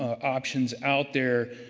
ah options out there.